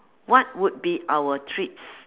what would be our treats